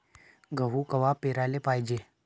गहू कवा पेराले पायजे?